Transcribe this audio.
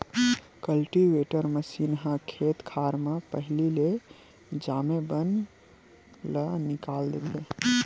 cultivator machine ह खेत खार म पहिली ले जामे बन ल निकाल देथे